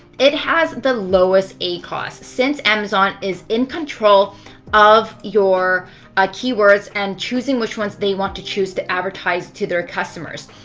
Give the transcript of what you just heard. it has the lowest acos. since amazon is in control of your ah keywords and choosing which ones they want to choose to advertise to their customers.